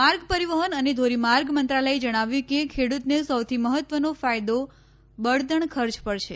માર્ગ પરિવહન અને ધોરીમાર્ગ મંત્રાલયે જણાવ્યું કે ખેડૂતને સૌથી મહત્ત્વનો ફાયદો બળતણ ખર્ચ પર છે